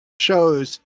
shows